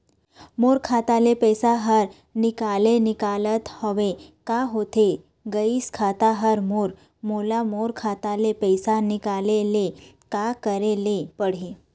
मोर खाता ले पैसा हर निकाले निकलत हवे, का होथे गइस खाता हर मोर, मोला मोर खाता ले पैसा निकाले ले का करे ले पड़ही?